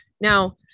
Now